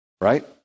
right